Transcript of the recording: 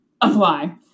apply